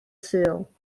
sul